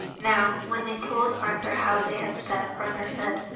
now, when they told arthur how they had sped, arthur said,